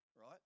right